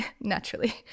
naturally